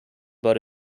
but